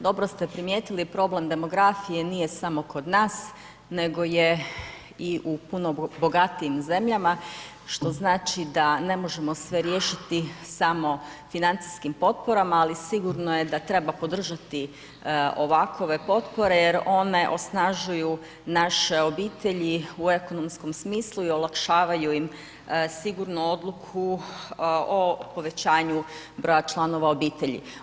Dobro ste primijetili problem demografije nije samo kod nas nego je i u puno bogatijim zemljama, što znači da ne možemo sve riješiti samo financijskim potporama, ali sigurno je da treba podržati ovakove potpore jer one osnažuju naše obitelji u ekonomskom smislu i olakšavaju im sigurnu odluku o povećanju broja članova obitelji.